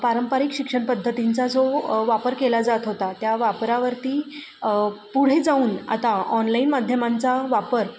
पारंपरिक शिक्षण पद्धतींचा जो वापर केला जात होता त्या वापरावरती पुढे जाऊन आता ऑनलाईन माध्यमांचा वापर